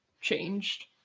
changed